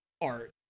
art